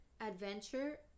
Adventure